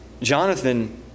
Jonathan